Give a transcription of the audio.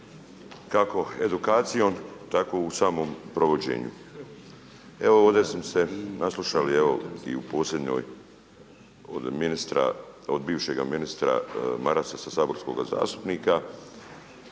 kako edukacijom tako i u samom provođenju. Evo ovdje smo se naslušali evo i u posljednjoj od ministra, od bivšega ministra Marasa sa saborskoga zastupnika